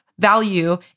Value